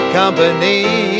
company